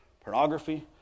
pornography